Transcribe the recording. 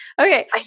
okay